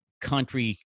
country